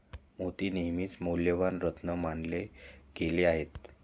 मोती नेहमीच मौल्यवान रत्न मानले गेले आहेत